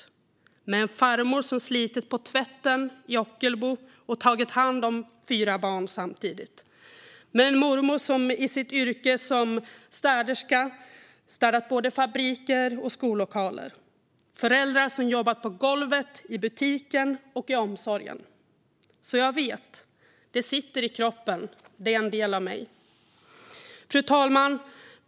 Jag har en farmor som slitit på tvätten i Ockelbo och samtidigt tagit hand om fyra barn och en mormor som i sitt yrke som städerska städat både fabriker och skollokaler. Jag har föräldrar som jobbat på golvet i butiken och i omsorgen. Så jag vet; det sitter i kroppen och är en del av mig. Fru talman!